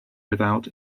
without